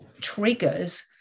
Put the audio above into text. triggers